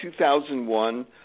2001